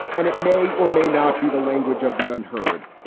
and it may or may not be the language of the unheard.